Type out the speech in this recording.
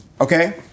okay